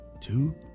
Two